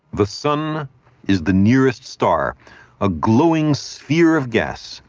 the sun is the nearest star a glowing sphere of gas.